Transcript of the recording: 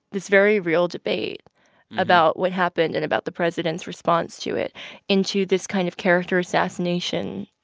this very real debate about what happened and about the president's response to it into this kind of character assassination.